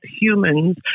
humans